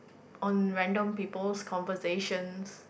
on random people's conversations